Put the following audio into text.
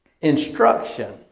instruction